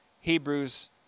Hebrews